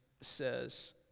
says